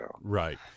Right